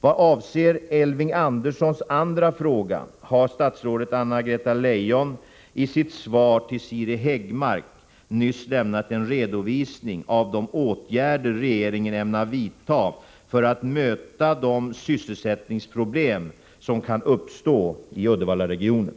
Vad avser Elving Anderssons andra fråga har statsrådet Anna-Greta Leijon i sitt svar till Siri Häggmark nyss lämnat en redovisning av de åtgärder regeringen ämnar vidta för att möta de sysselsättningsproblem som kan uppstå i Uddevallaregionen.